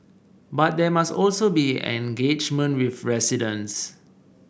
but there must also be engagement with residents